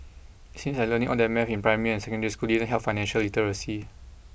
it seems like learning all that math in primary and secondary school didn't help financial literacy